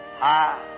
Hi